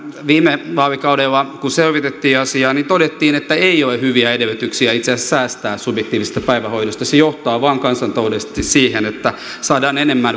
viime vaalikaudella kun selvitettiin asiaa todettiin että ei ole hyviä edellytyksiä itse asiassa säästää subjektiivisesta päivähoidosta se johtaa vain kansantaloudellisesti siihen että saadaan enemmän